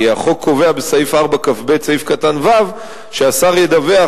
כי החוק קובע בסעיף 4כב(ו) שהשר ידווח,